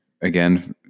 again